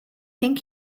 think